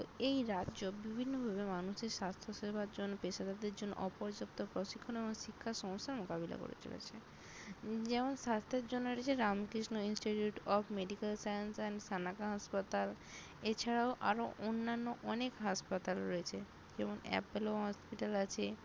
তো এই রাজ্য বিভিন্নভাবে মানুষের স্বাস্থ্য সেবার জন্য পেশাদারদের জন্য অপর্যাপ্ত প্রশিক্ষণ এবং শিক্ষার সমস্যার মোকাবিলা করে চলেছে যেমন স্বাস্থ্যের জন্য রয়েছে Ramakrishna institute of medical science and সানাগা হাসপাতাল এছাড়াও আরো অন্যান্য অনেক হাসপাতাল রয়েছে যেমন অ্যাপেলো হসপিটাল আছে